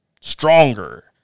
stronger